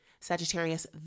Sagittarius